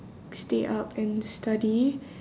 stay up and study